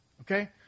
Okay